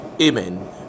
amen